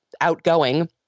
outgoing